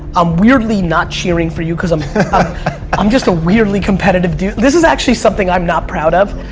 i'm weirdly not cheering for you cause i'm i'm just a weirdly competitive dude. this is actually something i'm not proud of.